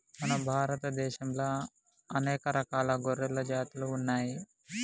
మన భారత దేశంలా అనేక రకాల గొర్రెల జాతులు ఉన్నయ్యి